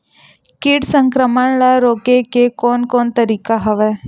कीट संक्रमण ल रोके के कोन कोन तरीका हवय?